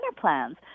plans